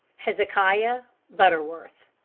hezekiah butterworth.